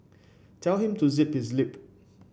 tell him to zip his lip